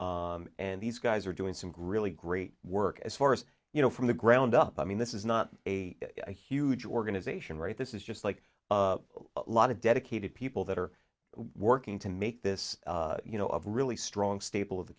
setting and these guys are doing some grilli great work as far as you know from the ground up i mean this is not a huge organization right this is just like a lot of dedicated people that are working to make this you know of really strong staple of the